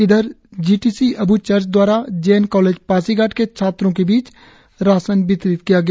इधर G T C अब् church दवारा जे एन कॉलेज पासीघाट के छात्रों के बीच राशन वितरित किया गया